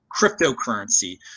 cryptocurrency